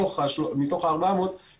מתוך ה-400 מיליון שקלים,